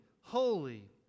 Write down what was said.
holy